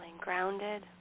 grounded